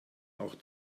auch